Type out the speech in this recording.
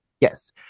Yes